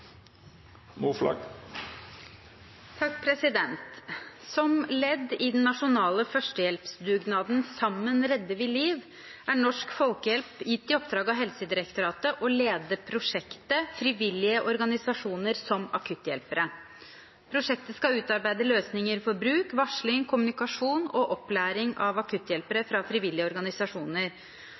Som ledd i den nasjonale førstehjelpsdugnaden «Sammen redder vi liv» er Norsk Folkehjelp gitt i oppdrag av Helsedirektoratet å lede prosjektet «Frivillige organisasjoner som akutthjelpere». Prosjektet skal utarbeide løsninger for bruk, varsling, kommunikasjon og opplæring av akutthjelpere fra frivillige organisasjoner.